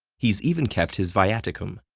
he's even kept his viaticum,